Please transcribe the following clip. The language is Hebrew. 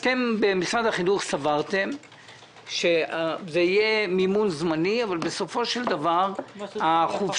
אתם במשרד החינוך סברתם שזה יהיה מימון זמני אבל בסופו של דבר החופשה